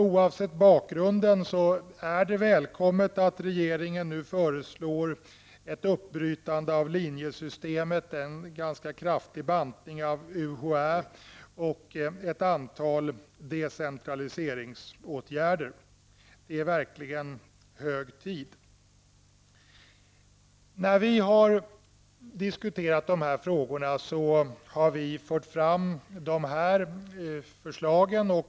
Oavsett bakgrunden är det välkommet att regeringen nu föreslår ett uppbrytande av linjesystemet, en ganska kraftig bantning av UHÄ och ett antal decentraliseringsåtgärder. Det är verkligen hög tid. När vi har diskuterat de här frågorna har vi fört fram de förslagen.